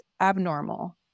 abnormal